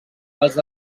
els